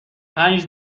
پنج